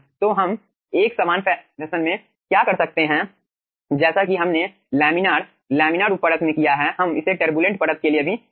तो हम एक समान फैशन में क्या कर सकते हैं जैसा कि हमने लैमिनार लैमिनार उप परत में किया है हम इसे टरबुलेंट परत के लिए भी कर सकते हैं